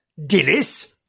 Dillis